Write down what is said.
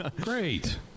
Great